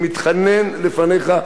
אני מתחנן לפניך,